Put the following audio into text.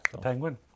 Penguin